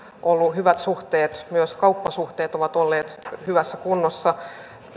ollut hyvät suhteet myös kauppasuhteet ovat olleet hyvässä kunnossa